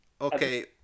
Okay